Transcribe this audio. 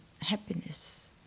happiness